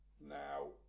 Now